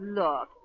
look